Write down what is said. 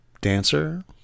dancer